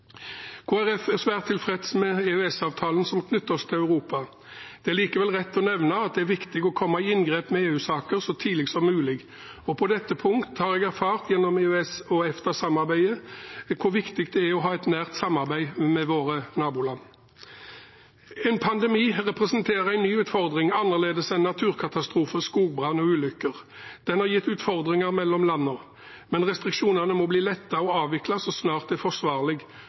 er svært tilfreds med EØS-avtalen, som knytter oss til Europa. Det er likevel rett å nevne at det er viktig å komme i inngrep med EU-saker så tidlig som mulig, og på dette punkt har jeg gjennom EØS- og EFTA-samarbeidet erfart hvor viktig det er å ha et nært samarbeid med våre naboland. En pandemi representerer en ny utfordring, annerledes enn naturkatastrofer, skogbrann og ulykker. Den har gitt utfordringer mellom landene, men restriksjonene må bli lettet og avviklet så snart det er forsvarlig.